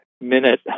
minute